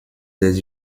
des